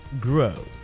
grow